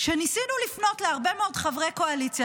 שניסינו לפנות להרבה מאוד חברי קואליציה,